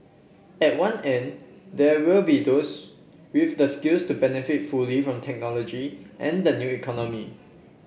at one end there will be those with the skills to benefit fully from technology and the new economy